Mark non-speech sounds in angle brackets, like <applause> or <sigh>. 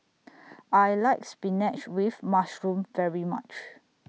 <noise> I like Spinach with Mushroom very much